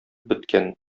беткән